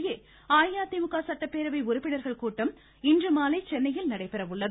இதனிடையே அஇஅதிமுக சட்டப்பேரவை உறுப்பினர்கள் கூட்டம் இன்றுமாலை சென்னையில் நடைபெற உள்ளது